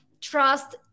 trust